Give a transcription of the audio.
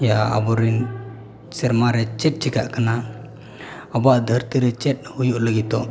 ᱭᱟ ᱟᱵᱚᱨᱤᱱ ᱥᱮᱨᱢᱟᱨᱮ ᱪᱮᱫ ᱪᱮᱠᱟᱜ ᱠᱟᱱᱟ ᱟᱵᱚᱣᱟᱜ ᱫᱷᱟᱹᱨᱛᱤᱨᱮ ᱪᱮᱫ ᱦᱩᱭᱩᱜ ᱞᱟᱹᱜᱤᱫᱚᱜ